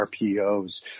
RPOs